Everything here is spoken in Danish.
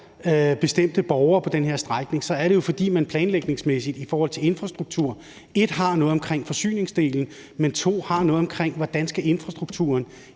bestemte borgere på den her strækning; det er, fordi man planlægningsmæssigt i forhold til infrastruktur for det første har noget omkring forsyningsdelen, men for det andet også har noget om, hvordan infrastrukturen